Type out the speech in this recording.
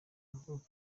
avuga